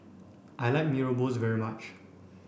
I like Mee Rebus very much